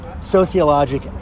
sociologic